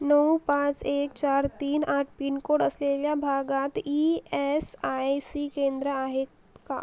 नऊ पाच एक चार तीन आठ पिनकोड असलेल्या भागात ई एस आय सी केंद्र आहेत का